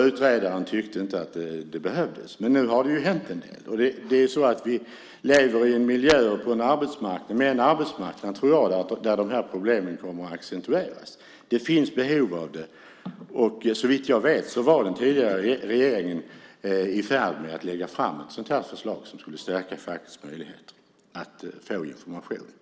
Utredaren tyckte inte att det behövdes, men nu har det ju hänt en del. Vi lever i en miljö och med en arbetsmarknad där jag tror att dessa problem kommer att accentueras. Det finns behov av det, och såvitt jag vet var den tidigare regeringen i färd med att lägga fram ett förslag som bland annat skulle stärka fackets möjligheter att få information.